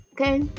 okay